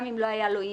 גם אם לא היה לו EMV,